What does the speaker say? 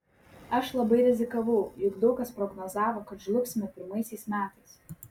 aš labai rizikavau juk daug kas prognozavo kad žlugsime pirmaisiais metais